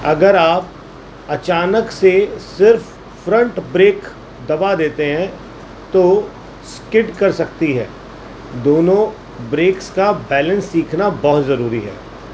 اگر آپ اچانک سے صرف فرنٹ بریک دبا دیتے ہیں تو اسکٹ کر سکتی ہے دونوں بریکس کا بیلنس سیکھنا بہت ضروری ہے